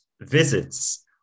visits